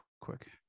quick